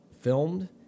filmed